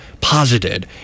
posited